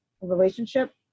relationship